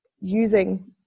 using